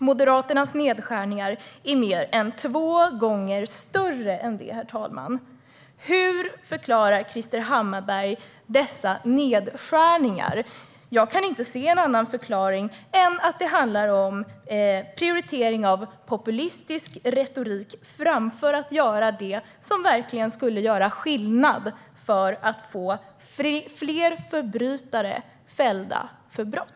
Moderaternas nedskärningar är mer än två gånger större än det, herr talman. Hur förklarar Krister Hammarbergh dessa nedskärningar? Jag kan inte se någon annan förklaring än att det handlar om prioritering av populistisk retorik framför att göra det som verkligen skulle göra skillnad för att få fler förbrytare fällda för brott.